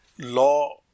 law